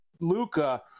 Luca